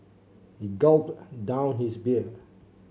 he gulped down his beer